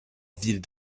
ville